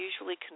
usually